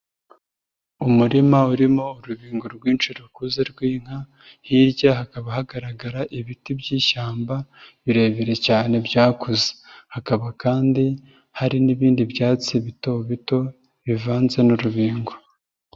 Umurima urimo urubingo rwinshi rukuze rw'inka, hirya hakaba hagaragara ibiti by'ishyamba, birebire cyane byakuze. Hakaba kandi hari n'ibindi byatsi bito bito, bivanze n'urubingo.